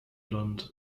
land